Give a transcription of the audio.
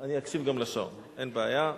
אני אקשיב גם לשעון, אין בעיה.